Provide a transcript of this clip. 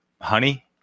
honey